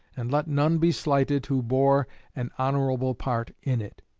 and let none be slighted who bore an honorable part in it.